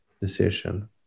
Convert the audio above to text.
decision